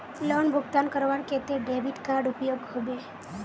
Loan भुगतान करवार केते डेबिट कार्ड उपयोग होबे?